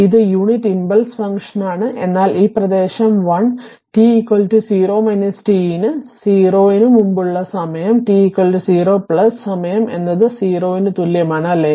ഇത് unit impulse ഫംഗ്ഷനാണ് എന്നാൽ ഈ പ്രദേശം 1 t 0 t 0 ന് മുമ്പുള്ള സമയം t 0 സമയം എന്നത് 0 ന് തുല്യമാണ് അല്ലേ